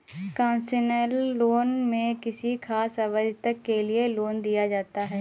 concessional loan में किसी खास अवधि तक के लिए लोन दिया जाता है